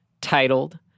titled